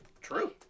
True